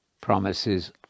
promises